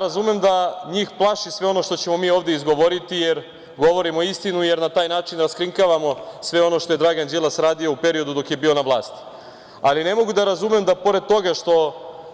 Razumem da njih plaši sve ono što ćemo mi ovde izgovoriti, jer govorimo istinu, jer na taj način raskrinkavamo sve ono što je Dragan Đilas radio u periodu dok je bio na vlasti, ali ne mogu da razumem da, pored toga što